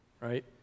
right